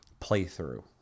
playthrough